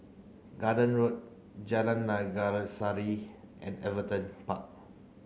Garden Road Jalan Naga Sari and Everton Park